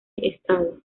estado